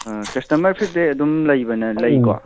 customer feedback ꯑꯗꯨꯝ ꯂꯩꯀꯣ